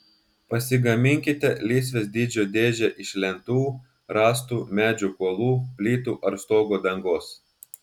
pasigaminkite lysvės dydžio dėžę iš lentų rąstų medžio kuolų plytų ar stogo dangos